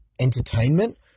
Entertainment